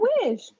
wish